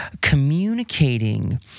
communicating